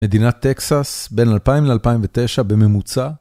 מדינת טקסס, בין 2000 ל-2009 בממוצע.